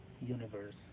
universe